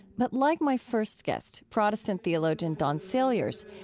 but like my first guest, protestant theologian don saliers,